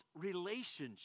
relationship